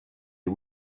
and